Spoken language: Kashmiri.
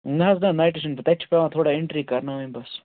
نہ حظ نہ نایٹَس چھُنہٕ تتہِ چھےٚ پیٚوان تھوڑا ایٚنٛٹری کَرناوٕنۍ بَس